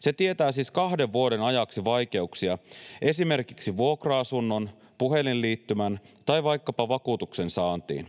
Se tietää siis kahden vuoden ajaksi vaikeuksia esimerkiksi vuokra-asunnon, puhelinliittymän tai vaikkapa vakuutuksen saantiin.